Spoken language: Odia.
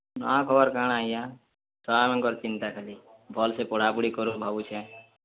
ନୂଆଁ ଖବର୍ କାଣା ଆଜ୍ଞା ଛୁଆମାନ୍ଙ୍କର୍ ଚିନ୍ତା ଖାଲି ଭଲ୍ସେ ପଢ଼ାପୁଢ଼ି କରୁନ୍ ଭାବୁଛେଁ